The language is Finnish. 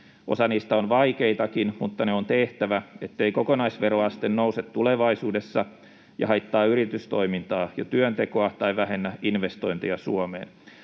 Osa niistä on vaikeitakin, mutta ne ovat tehtävä, ettei kokonaisveroaste nouse tulevaisuudessa ja haittaa yritystoimintaa ja työntekoa tai vähennä investointeja Suomeen.